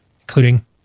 Including